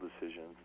decisions